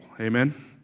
amen